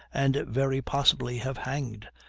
and very possibly have hanged,